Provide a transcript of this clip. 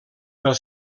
pel